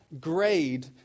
grade